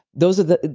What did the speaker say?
those are the.